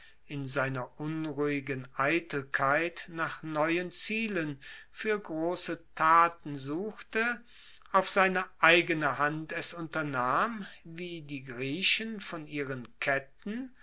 in seiner unruhigen eitelkeit nach neuen zielen fuer grosse taten suchte auf seine eigene hand es unternahm wie die griechen von ihren ketten